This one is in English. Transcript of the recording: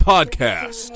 Podcast